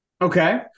Okay